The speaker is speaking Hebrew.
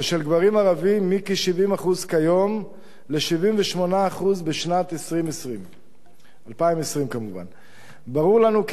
ושל גברים ערבים מכ-70% כיום ל-78% בשנת 2020. ברור לנו כי